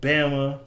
Bama